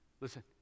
listen